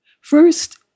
First